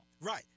Right